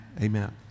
amen